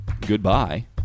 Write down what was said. goodbye